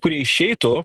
kurie išeitų